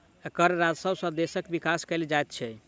कर राजस्व सॅ देशक विकास कयल जाइत छै